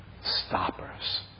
stoppers